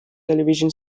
television